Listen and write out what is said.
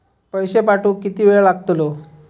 पैशे पाठवुक किती वेळ लागतलो?